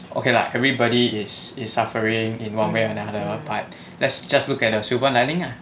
okay lah everybody is is suffering in one way or another but let's just look at the silver lining ah